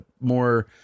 more